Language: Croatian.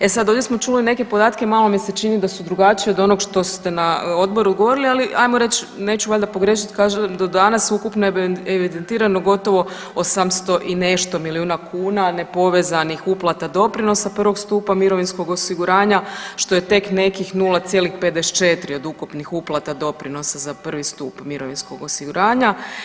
E sad, ovdje smo čuli neke podatke, malo mi se čini da su drugačiji od onog što ste na Odboru govorili, ali ajmo reći, neću valjda pogriješiti, kaže da danas ukupno je evidentirano gotovo 800 i nešto milijuna kuna nepovezanih uplata doprinosa I. stupa mirovinskog osiguranja, što je tek nekih 0,54 od ukupnih uplata doprinosa za I. stup mirovinskog osiguranja.